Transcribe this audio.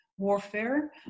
warfare